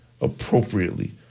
appropriately